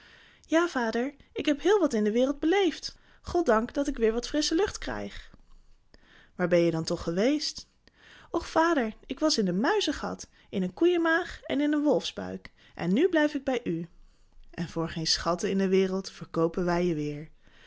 ja vader ik heb heel wat in de wereld beleefd goddank dat ik weer wat frissche lucht krijg waar ben je dan toch geweest och vader ik was in een muizengat in een koeienmaag en in een wolfsbuik en nu blijf ik bij u en voor geen schatten in de wereld verkoopen wij je weêr